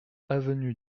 avenue